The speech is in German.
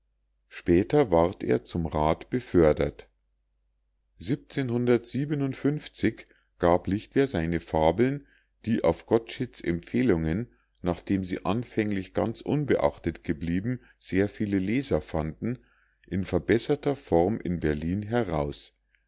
später ward er zum rath befördert gab lichtwer seine fabeln die auf gottsched's empfehlung nachdem sie anfänglich ganz unbeachtet geblieben sehr viele leser fanden in verbesserter form in berlin heraus